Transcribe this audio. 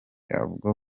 avuga